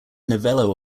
novello